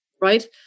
Right